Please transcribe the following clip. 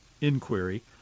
inquiry